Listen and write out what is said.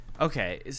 Okay